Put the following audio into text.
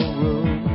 room